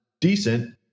decent